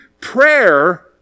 prayer